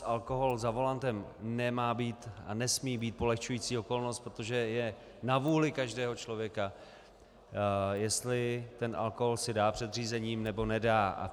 Alkohol za volantem nemá být a nesmí být polehčující okolnost, protože je na vůli každého člověka, jestli si ten alkohol dá před řízením, nebo nedá.